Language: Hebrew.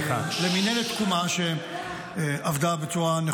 כי זה מעצבן אותי.